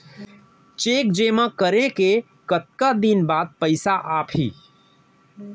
Cheque जेमा करें के कतका दिन बाद पइसा आप ही?